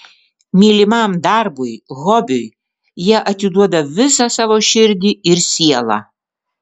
mylimam darbui hobiui jie atiduoda visą savo širdį ir sielą